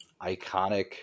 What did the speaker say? iconic